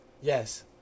Yes